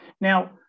Now